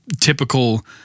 typical